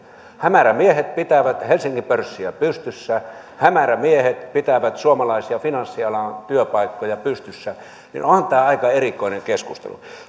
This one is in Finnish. hämärämiehet pitävät helsingin pörssiä pystyssä hämärämiehet pitävät suomalaisia finanssialan työpaikkoja pystyssä onhan tämä aika erikoinen keskustelu